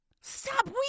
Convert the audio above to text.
Stop